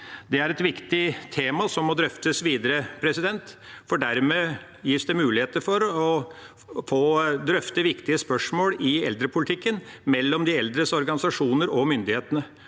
Det er et viktig tema som må drøftes videre, for dermed gis det muligheter for å drøfte viktige spørsmål i eldrepolitikken mellom de eldres organisasjoner og myndighetene.